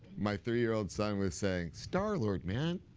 my three-year-old son were saying star-lord, man.